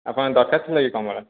ଆପଣଙ୍କ ଦରକାର ଥିଲା କି କମଳା